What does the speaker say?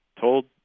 told